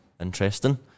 interesting